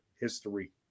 history